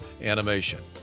animation